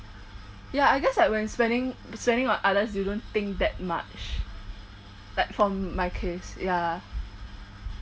ya I guess like when spending spending on others you don't think that much like for my case ya